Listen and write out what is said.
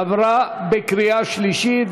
עברה בקריאה שלישית,